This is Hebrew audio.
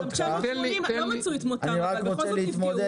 ברשותך, אני רוצה לדבר